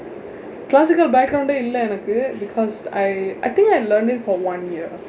classical background இல்லை எனக்கு:illa enakku because I I think it learned it for one year